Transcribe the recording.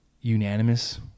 unanimous